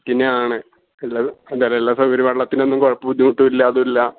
city തന്നെയാണ് ഉള്ളത് എന്തായാലും എല്ലാ സൗകര്യം വെള്ളത്തിനൊന്നും കുഴപ്പം ബുദ്ധിമുട്ടുമില്ല അതുമില്ല